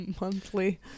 monthly